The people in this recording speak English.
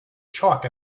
chalk